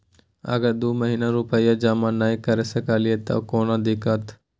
अगर दू महीना रुपिया जमा नय करे सकलियै त कोनो दिक्कतों?